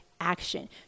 action